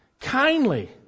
kindly